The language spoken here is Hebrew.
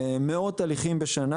מאות הליכים בשנה.